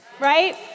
right